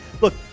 Look